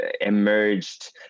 emerged